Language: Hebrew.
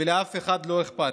ולאף אחד לא אכפת.